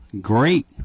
Great